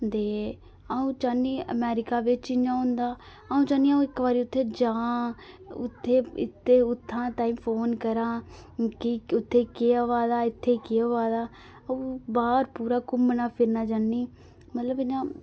ते अऊं चाहन्नीं आं के आमेरिका बिच इ'यां होंदा अ'ऊं चाहन्नी आं अऊं इक बारी उत्थै जां उत्थै इत्थै ताईं फोन करां कि उत्थै के अबा दा इत्थै के अबा दा बाहर पूरा घूमना फिरना चाहन्नीं मतलब इ'यां